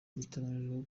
biteganyijwe